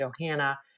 Johanna